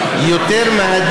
לא.